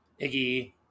Iggy